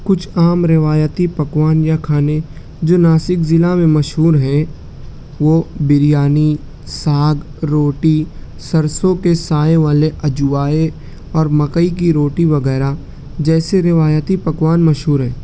کچھ عام روایتی پکوان یا کھانے جو ناسک ضلع میں مشہور ہیں وہ بریانی ساگ روٹی سرسوں کے سائے والے اجوائے اور مکئی کی روٹی وغیرہ جیسے روایتی پکوان مشہور ہیں